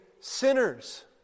sinners